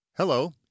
Hello